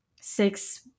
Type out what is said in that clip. six